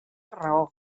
raó